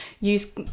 Use